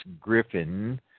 Griffin